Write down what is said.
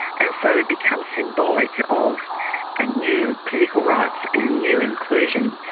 and so it becomes symbolic of ah new political rights and new inclusion.